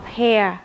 hair